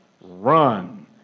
run